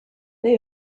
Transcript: they